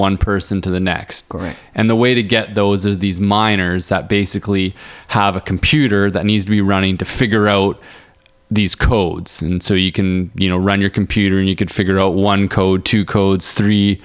one person to the next and the way to get those of these miners that basically have a computer that needs to be running to figure out these codes and so you can you know run your computer and you could figure out one code two codes three